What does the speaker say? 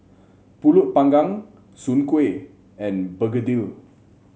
pulut panggang Soon Kuih and begedil